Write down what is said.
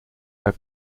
the